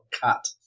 cut